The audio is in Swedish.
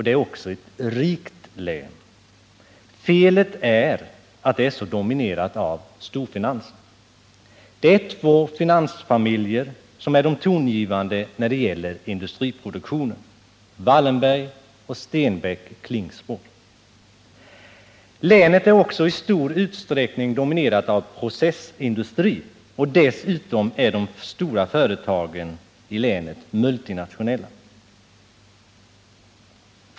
Det är också ett rikt län. Felet är att det är så dominerat av storfinansen. Det är två finansfamiljer som är de tongivande när det gäller industriproduktionen, Wallenberg och Stenbeck / Klingspor. Länet är också i stor utsträckning dominerat av processindustri. Dessutom är de stora företagen i länet multinationella.